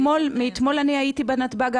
אתמול אני הייתי בנתב"ג,